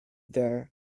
there